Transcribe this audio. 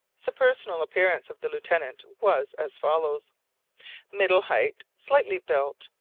the personal appearance of the lieutenant was as follows middle height, slightly built,